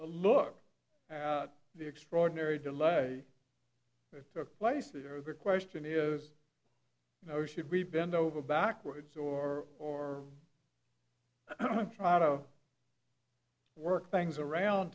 you look at the extraordinary delay that took place there the question is you know should we bend over backwards or or try to work things around